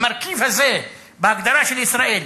המרכיב הזה בהגדרה של ישראל,